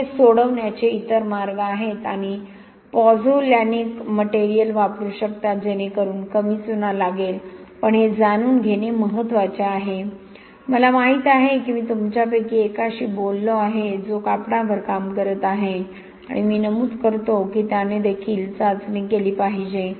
मग हे सोडवण्याचे इतर मार्ग आहेत तुम्ही पॉझोलॅनिक मटेरियल वापरू शकता जेणेकरून कमी चुना लागेल पण हे जाणून घेणे महत्त्वाचे आहे मला माहित आहे की मी तुमच्यापैकी एकाशी बोललो आहे जो कापडावर काम करत आहे आणि मी नमूद करतो की त्याने देखील चाचणी केली पाहिजे